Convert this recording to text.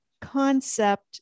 concept